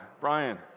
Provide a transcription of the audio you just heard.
Brian